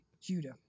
Judah